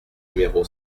numéro